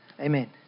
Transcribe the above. Amen